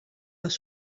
les